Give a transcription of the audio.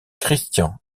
christian